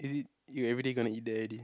is it you everyday gonna eat there already